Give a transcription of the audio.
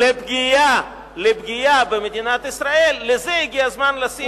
לפגיעה במדינת ישראל, לזה הגיע הזמן לשים קץ.